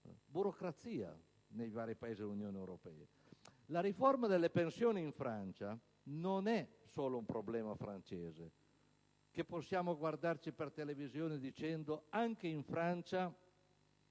burocrazia nei vari Paesi dell'Unione europea. La riforma delle pensioni in Francia non è solo un problema francese che possiamo guardare in televisione dicendo: anche in Francia